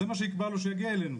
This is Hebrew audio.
אז זה מה שנקבע לו שיגיע לו.